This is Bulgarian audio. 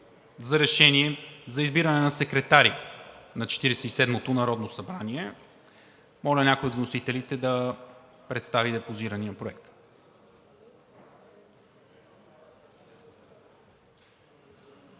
за решение за избиране на секретари на Четиридесет и седмото народно събрание. Моля някой от вносителите да представи депозирания проект.